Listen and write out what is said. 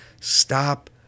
stop